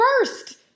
first